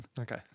Okay